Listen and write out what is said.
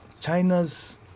China's